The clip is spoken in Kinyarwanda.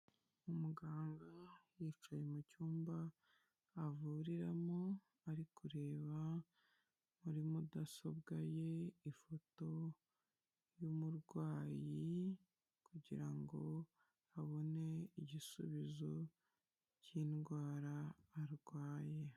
Umuganga yicaye mu cyumba avuriramo ari kureba muri mudasobwa ye ifoto y'umurwayi, kugira ngo abone igisubizo cy'indwara arwaye.